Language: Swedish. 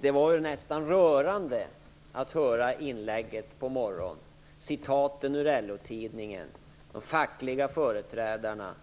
Det var ju nästan rörande att höra inlägget här på morgonen med citaten ur LO-tidningen och från de fackliga företrädarna.